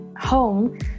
home